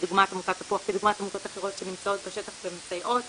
כדוגמת עמותת תפוח וכדוגמת עמותות אחרות שנמצאות בשטח ומסייעות,